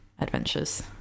adventures